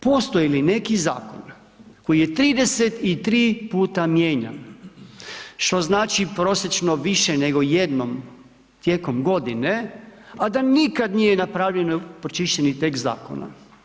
Postoji li neki zakon koji je 33 puta mijenjan, što znači prosječno više nego jednom tijekom godine, a da nikada nije napravljeno pročišćeni tekst zakona?